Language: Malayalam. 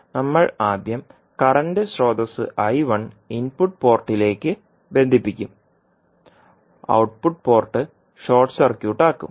നമ്മൾ ആദ്യം കറന്റ് സ്രോതസ്സ് ഇൻപുട്ട് പോർട്ടിലേക്ക് ബന്ധിപ്പിക്കും ഔട്ട്പുട്ട് പോർട്ട് ഷോർട്ട് സർക്യൂട്ട് ആക്കും